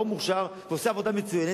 בחור מוכשר ועושה עבודה מצוינת,